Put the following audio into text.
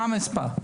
מה המספר?